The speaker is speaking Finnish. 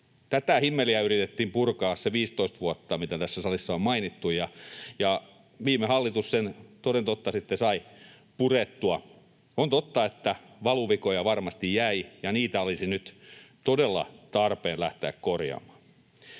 Tätä himmeliä yritettiin purkaa se 15 vuotta, mikä tässä salissa on mainittu, ja viime hallitus sen toden totta sitten sai purettua. On totta, että valuvikoja varmasti jäi, ja niitä olisi nyt todella tarpeen lähteä korjaamaan.